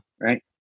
right